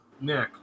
Nick